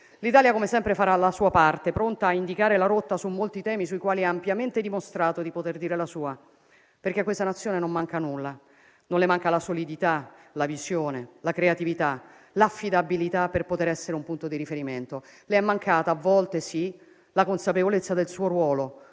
L'Italia, come sempre, farà la sua parte, pronta a indicare la rotta su molti temi sui quali ha ampiamente dimostrato di poter dire la sua. A questa Nazione non manca nulla: non le mancano la solidità, la visione, la creatività, l'affidabilità per poter essere un punto di riferimento; le sono mancati, a volte sì, la consapevolezza del suo ruolo,